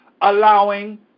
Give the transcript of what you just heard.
allowing